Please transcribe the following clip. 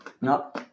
no